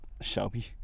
Shelby